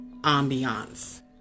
ambiance